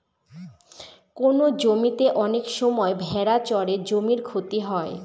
কোনো জমিতে অনেক সময় ভেড়া চড়ে জমির ক্ষতি হয়